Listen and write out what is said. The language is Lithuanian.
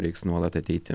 reiks nuolat ateiti